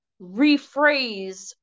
rephrase